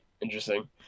Interesting